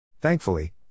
Thankfully